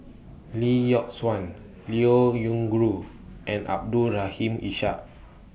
Lee Yock Suan Liao Yingru and Abdul Rahim Ishak